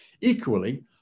Equally